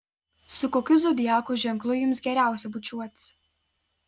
su kokiu zodiako ženklu jums geriausia bučiuotis